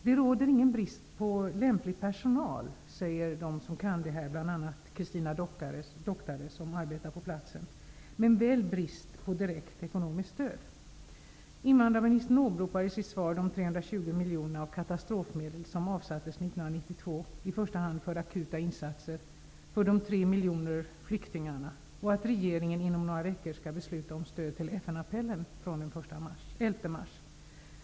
Det råder ingen brist på lämplig personal, enligt bl.a. Christina Doctare, som arbetar på platsen, men väl brist på direkt ekonomiskt stöd. Invandrarministern åberopar i sitt svar de 320 miljoner av katastrofmedel som avsattes 1992, i första hand för akuta insatser för de tre miljoner flyktingarna och att regeringen inom några veckor skall besluta om stöd till FN-apellen från den 11 mars.